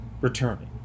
returning